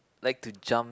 like to jump